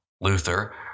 Luther